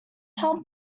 how